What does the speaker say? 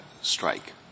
strike